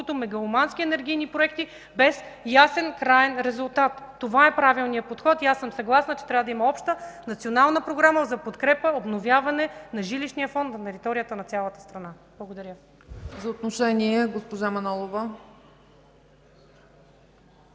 мегаломански енергийни проекти без ясен краен резултат. Това е правилният подход и аз съм съгласна, че трябва да има обща национална програма за подкрепа, обновяване на жилищния фонд на територията на цялата страна. Благодаря Ви.